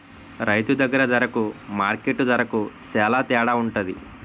రైతు దగ్గర దరకు మార్కెట్టు దరకు సేల తేడవుంటది